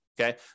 Okay